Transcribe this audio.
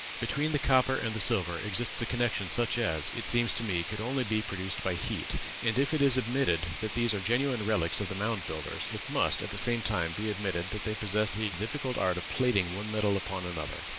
between the copper and the silver exists a connection such as, it seems to me, could only be produced by heat and if it is admitted that these are genuine relics of the mound builders, it must, at the same time, be admitted that they possessed the difficult art of plating one metal upon another.